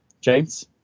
James